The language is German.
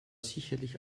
sicherlich